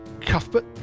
Cuthbert